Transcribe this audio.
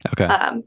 Okay